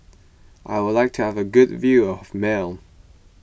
I would like to have a good view of Male